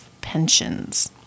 pensions